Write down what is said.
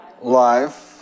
life